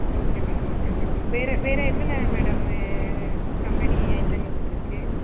okay madam okay madam வேறு வேறு என்னென்ன மேடம் கம்பெனி ஐட்டங்கள்ஸ் இருக்கு